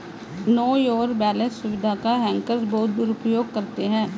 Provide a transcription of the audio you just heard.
no your balance सुविधा का hackers बहुत दुरुपयोग करते हैं